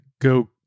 go